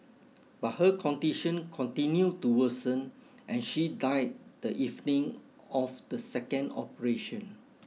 but her condition continued to worsen and she died the evening of the second operation